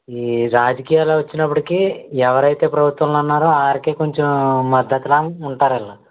ఈ రాజకీయాలు వచ్చినప్పటికీ ఎవరైతే ప్రభుత్వంలో ఉన్నారో వారికే కొంచెం మద్దతు లా ఉంటారీళ్లు